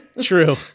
true